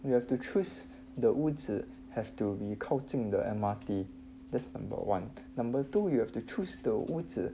we have to choose the 屋子 have to be 靠近 the M_R_T this number one number two you have to choose the 屋子